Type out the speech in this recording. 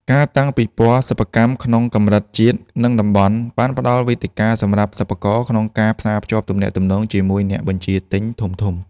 ការតាំងពិព័រណ៍សិប្បកម្មក្នុងកម្រិតជាតិ និងតំបន់ បានផ្ដល់វេទិកាសម្រាប់សិប្បករក្នុងការផ្សារភ្ជាប់ទំនាក់ទំនងជាមួយអ្នកបញ្ជាទិញធំៗ។